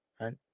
Right